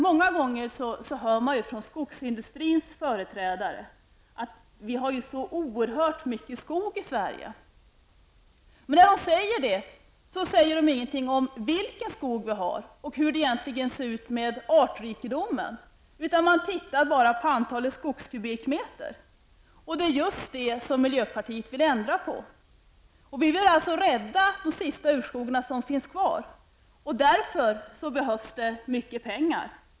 Många gånger hör man från skogsindustrins företrädare att vi har så oerhört mycket skog i Sverige. Men när de säger detta, säger de ingenting om vilken skog vi har och hur det egentligen ser ut med artrikedomen, utan man tittar endast på antalet skogskubikmeter. Det är just detta som miljöpartiet vill ändra på. Vi vill rädda de sista urskogarna som finns kvar, och det är därför som det behövs mycket pengar.